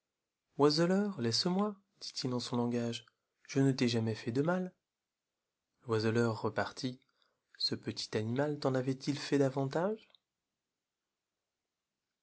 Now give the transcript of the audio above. laisse-moi dit-il en son langage t je ne t'ai jamais fait de mal l'oiseleur repartit ce petilanimal t'en avait-il fait davantage